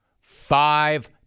Five